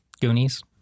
Goonies